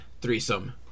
threesome